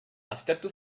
aztertu